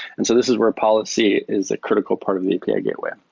and so this is where policy is a critical part of the api ah gateway,